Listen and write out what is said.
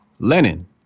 Lenin